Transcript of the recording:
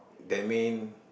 that mean